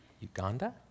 Uganda